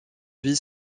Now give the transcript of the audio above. vie